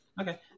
Okay